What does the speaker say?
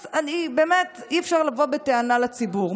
אז אי-אפשר לבוא בטענה לציבור.